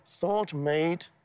thought-made